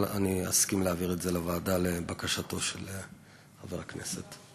אבל אני אסכים להעביר את זה לוועדה לבקשתו של חבר הכנסת.